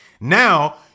Now